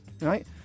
right